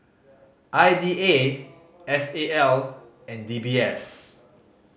I D A S A L and D B S